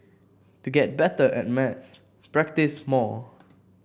to get better at maths practise more